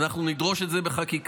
ואנחנו נדרוש את זה בחקיקה.